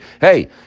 Hey